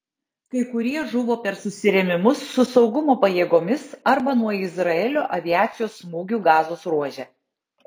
kai kurie žuvo per susirėmimus su saugumo pajėgomis arba nuo izraelio aviacijos smūgių gazos ruože